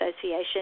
Association